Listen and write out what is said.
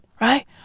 right